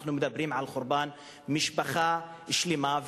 אנחנו מדברים על חורבן משפחה שלמה.